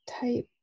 type